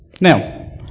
Now